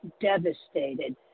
devastated